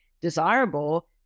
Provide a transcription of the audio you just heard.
desirable